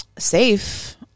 safe